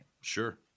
sure